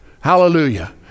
Hallelujah